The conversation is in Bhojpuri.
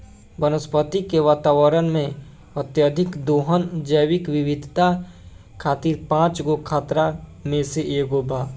वनस्पति के वातावरण में, अत्यधिक दोहन जैविक विविधता खातिर पांच गो खतरा में से एगो बा